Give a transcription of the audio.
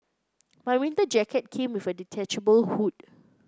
my winter jacket came with a detachable hood